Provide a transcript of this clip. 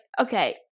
okay